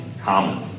common